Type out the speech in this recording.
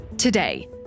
Today